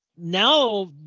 now